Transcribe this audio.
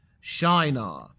Shinar